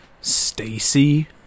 Stacy